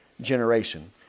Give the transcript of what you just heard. generation